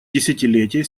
десятилетие